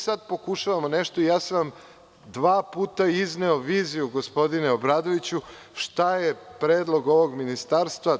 Sada pokušavamo nešto i dva puta sam vam izneo viziju, gospodine Obradoviću, šta je predlog ovog ministarstva.